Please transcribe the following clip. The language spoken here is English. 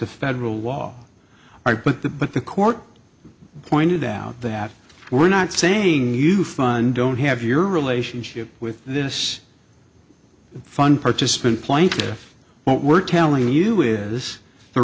a federal law are but the but the court pointed out that we're not saying you fund don't have your relationship with this fund participant plaintiff what we're telling you is th